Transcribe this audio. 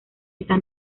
esta